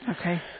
Okay